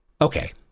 Okay